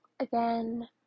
again